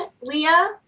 Leah